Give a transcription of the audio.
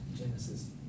Genesis